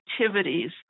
activities